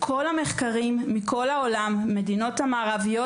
כל המחקרים מכל המדינות המערביות בעולם,